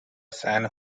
san